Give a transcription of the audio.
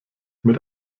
mit